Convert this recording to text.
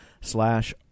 slash